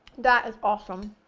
that is awesome.